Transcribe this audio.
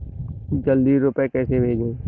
जल्दी रूपए कैसे भेजें?